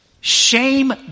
Shame